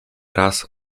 raz